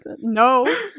No